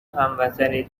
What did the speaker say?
هموطنی